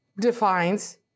defines